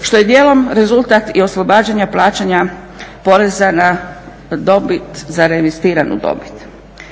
što je dijelom rezultat i oslobađanja plaćanja poreza na dobit za reinvestiranu dobit.